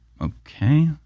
Okay